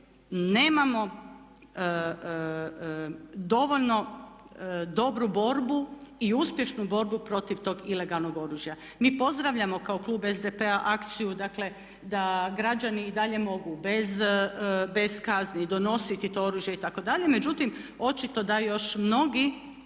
nemamo dovoljno dobru borbu i uspješnu borbu protiv tog ilegalnog oružja. Mi pozdravljamo kao Klub SDP-a akciju dakle da građani i dalje mogu bez kazni donositi to oružje itd. međutim očito da još mnogi